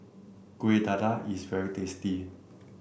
Kueh Dadar is very tasty